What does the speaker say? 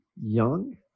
young